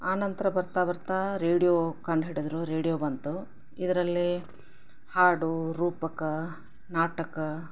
ಆ ನಂತರ ಬರ್ತಾ ಬರ್ತಾ ರೇಡಿಯೋ ಕಂಡು ಹಿಡಿದ್ರು ರೇಡಿಯೋ ಬಂತು ಇದರಲ್ಲಿ ಹಾಡು ರೂಪಕ ನಾಟಕ